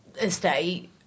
estate